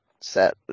set